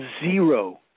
zero